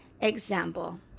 example